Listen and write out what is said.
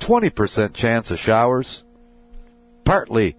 twenty percent chance of showers partly